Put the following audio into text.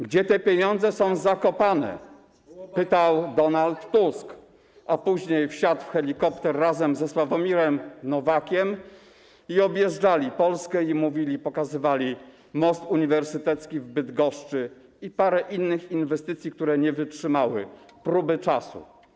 Gdzie te pieniądze są zakopane, pytał Donald Tusk, a później wsiadł w helikopter razem ze Sławomirem Nowakiem, objeżdżali Polskę i pokazywali Most Uniwersytecki w Bydgoszczy i parę innych inwestycji, które nie wytrzymały próby czasu.